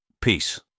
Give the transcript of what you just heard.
Peace